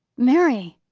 mary!